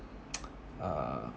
uh